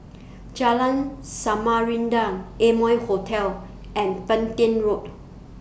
Jalan Samarinda Amoy Hotel and Petain Road